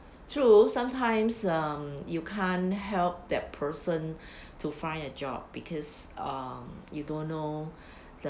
true sometimes um you can't help that person to find a job because um you don't know the